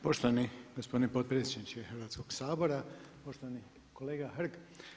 Poštovani gospodine potpredsjedniče Hrvatskog sabora, poštovani kolega Hrg.